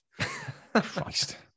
Christ